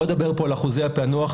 לא אדבר פה על אחוזי הפענוח,